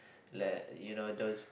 let you know those